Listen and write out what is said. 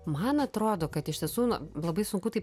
man atrodo kad iš tiesų na labai sunku tai